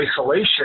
isolation